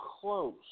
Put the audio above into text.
close